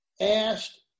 asked